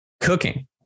cooking